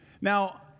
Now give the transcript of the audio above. Now